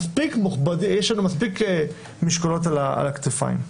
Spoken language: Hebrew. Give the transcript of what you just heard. יש לנו מספיק משקולות על הכתפיים.